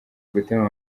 gutema